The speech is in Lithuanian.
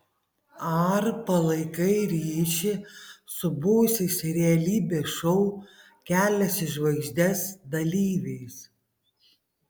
ar palaikai ryšį su buvusiais realybės šou kelias į žvaigždes dalyviais